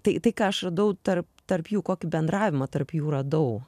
tai tai ką aš radau tarp tarp jų kokį bendravimą tarp jų radau